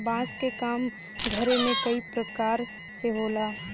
बांस क काम घरे में कई परकार से होला